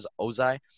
Ozai